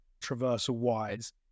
traversal-wise